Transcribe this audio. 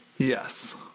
yes